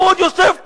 והוא עוד יושב פה,